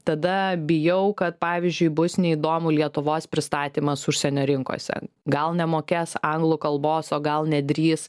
tada bijau kad pavyzdžiui bus neįdomu lietuvos pristatymas užsienio rinkose gal nemokės anglų kalbos o gal nedrįs